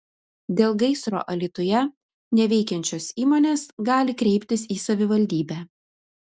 dėl gaisro alytuje neveikiančios įmonės gali kreiptis į savivaldybę